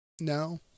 No